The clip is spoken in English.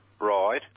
Right